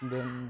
then